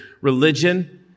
religion